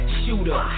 shooter